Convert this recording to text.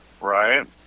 Right